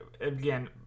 again